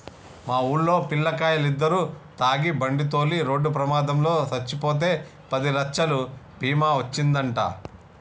మన వూల్లో పిల్లకాయలిద్దరు తాగి బండితోలి రోడ్డు ప్రమాదంలో సచ్చిపోతే పదిలచ్చలు బీమా ఒచ్చిందంట